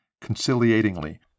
conciliatingly